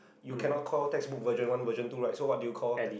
you cannot call textbook version one version two right so what do you call te~